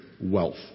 wealth